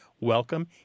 welcome